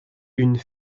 une